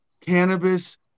cannabis